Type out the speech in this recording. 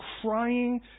crying